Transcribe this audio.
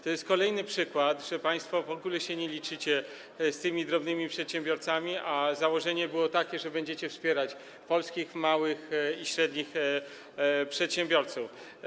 To jest kolejny przykład, że państwo w ogóle się nie liczycie z tymi drobnymi przedsiębiorcami, a założenie było takie, że będziecie wspierać polskich małych i średnich przedsiębiorców.